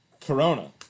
corona